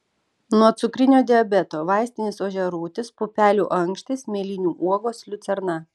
nuo cukrinio diabeto vaistinis ožiarūtis pupelių ankštys mėlynių uogos liucerna